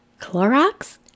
Clorox